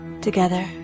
together